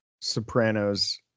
sopranos